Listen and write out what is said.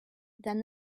then